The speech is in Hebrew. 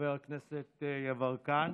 חבר הכנסת יברקן,